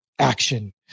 Action